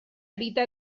habita